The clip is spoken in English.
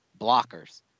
blockers